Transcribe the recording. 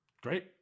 Great